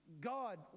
God